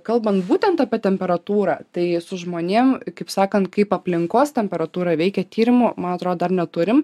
kalbant būtent apie temperatūrą tai su žmonėm kaip sakant kaip aplinkos temperatūra veikia tyrimu man atrodo dar neturim